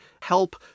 help